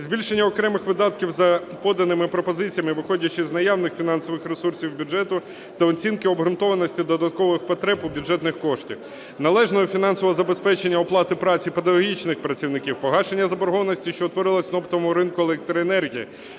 збільшення окремих видатків за поданими пропозиціями, виходячи з наявних фінансових ресурсів бюджету та оцінки обґрунтованості додаткових потреб у бюджетних коштах; належного фінансового забезпечення оплати праці педагогічних працівників; погашення заборгованості, що утворилась на оптовому ринку електроенергії,